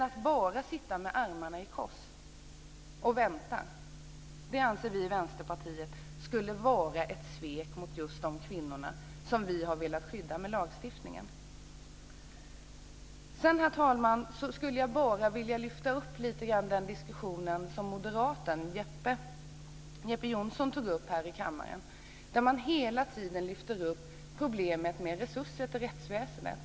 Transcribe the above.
Att bara sitta med i armarna i kors och vänta anser vi i Vänsterpartiet skulle vara ett svek mot just de kvinnor som vi har velat skydda med lagstiftningen. Herr talman! Jag skulle också bara vilja lyfta upp lite av den diskussion som moderaten Jeppe Johnsson tog upp här i kammaren, som går ut på att hela tiden lyfta upp problemet med resurser till rättsväsendet.